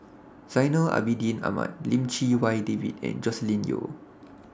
Zainal Abidin Ahmad Lim Chee Wai David and Joscelin Yeo